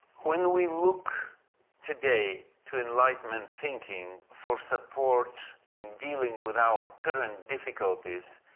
when we look today to enlightenment thinking for support in dealing with our current difficulties,